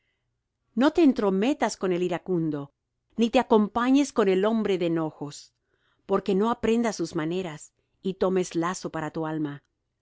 no te entrometas con el iracundo ni te acompañes con el hombre de enojos porque no aprendas sus maneras y tomes lazo para tu alma